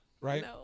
Right